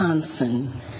Wisconsin